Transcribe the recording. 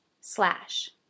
slash